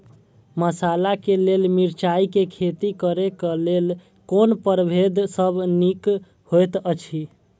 मसाला के लेल मिरचाई के खेती करे क लेल कोन परभेद सब निक होयत अछि?